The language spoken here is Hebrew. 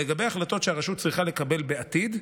לגבי החלטות שהרשות צריכה לקבל בעתיד,